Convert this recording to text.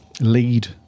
lead